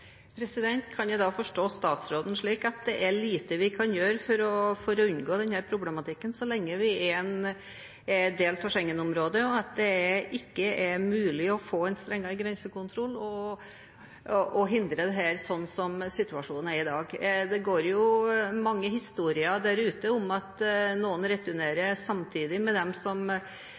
Kan jeg da forstå statsråden slik at det er lite vi kan gjøre for å unngå denne problematikken, så lenge vi er en del av Schengen-området, og at det ikke er mulig å få en strengere grensekontroll og hindre dette, slik situasjonen er i dag? Det verserer mange historier om at noen returnerer samtidig med dem som